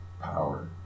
power